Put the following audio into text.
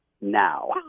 now